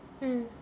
mm